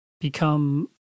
become